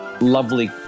lovely